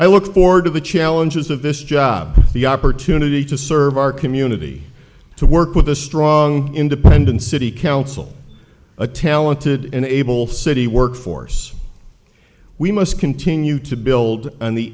i look forward to the challenges of this job the opportunity to serve our community to work with a strong independent city council a talented and able city workforce we must continue to build